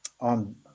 on